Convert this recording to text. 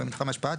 במתחם השפעה,